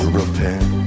repent